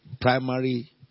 primary